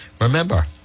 Remember